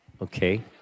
okay